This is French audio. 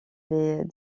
les